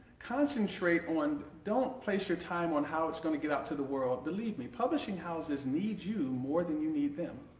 concentrate on don't place your time on how it's gonna get out into the world. believe me, publishing houses need you more than you need them.